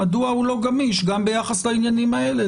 מדוע הוא לא גמיש גם ביחס לעניינים האלה?